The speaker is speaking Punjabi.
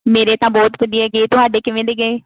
ਮੇਰੇ ਤਾਂ ਬਹੁਤ ਵਧੀਆ ਗਏ ਤੁਹਾਡੇ ਕਿਵੇਂ ਦੇ ਗਏ